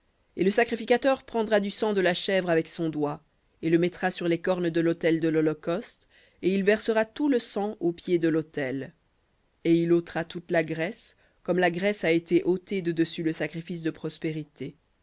et le sacrificateur prendra du sang de la avec son doigt et le mettra sur les cornes de l'autel de l'holocauste et il versera tout le sang au pied de lautel et il ôtera toute la graisse comme la graisse a été ôtée de dessus le sacrifice de prospérités